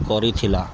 କରିଥିଲା